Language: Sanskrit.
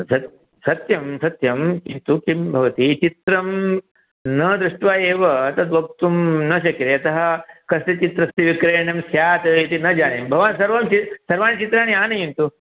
सत् सत्यं सत्यं यतो किं भवति चित्रं न दृष्ट्वा एव तद् वक्तुं न शक्यते यतः कति चित्रस्य विक्रयणं स्यात् इति न जाने भवान् सर्वं सर्वाणि चित्राणि आनयन्तु